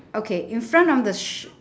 okay in front of the s~